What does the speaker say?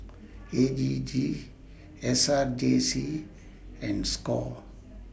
A G G S R J C and SCORE